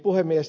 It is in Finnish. puhemies